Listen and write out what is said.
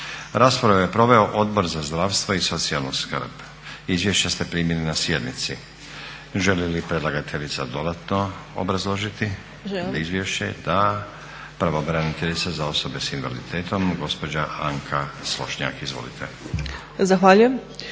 Raspravu je proveo Odbor za zdravstvo i socijalnu skrb. Izvješće ste primili na sjednici. Želi li predlagateljica dodatno obrazložiti izvješće? Da. Pravobraniteljica za osobe sa invaliditetom gospođa Anka Slošnjak. Izvolite. **Slonjšak,